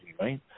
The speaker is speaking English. right